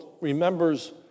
remembers